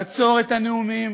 לעצור את הנאומים,